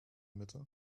mitte